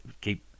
keep